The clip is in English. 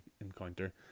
encounter